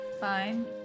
fine